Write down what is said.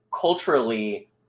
culturally